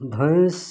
भैंस